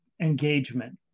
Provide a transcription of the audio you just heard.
engagement